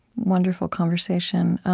wonderful conversation.